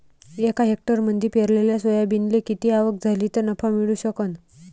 एका हेक्टरमंदी पेरलेल्या सोयाबीनले किती आवक झाली तं नफा मिळू शकन?